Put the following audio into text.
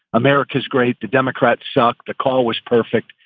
america's great. the democrats suck. the call was perfect.